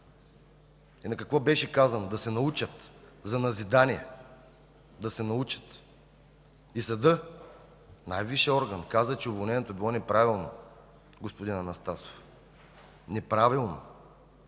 И какво беше казано – „да се научат за назидание, да се научат”! И съдът – най-висшият орган, каза, че уволнението е било неправилно, господин Анастасов. Неправилно!